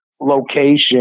location